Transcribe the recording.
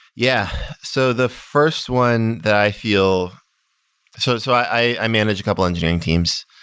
yeah. so the first one that i feel so so i manage a couple engineering teams.